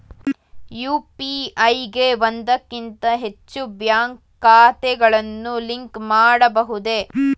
UPI ಗೆ ಒಂದಕ್ಕಿಂತ ಹೆಚ್ಚು ಬ್ಯಾಂಕ್ ಖಾತೆಗಳನ್ನು ಲಿಂಕ್ ಮಾಡಬಹುದೇ?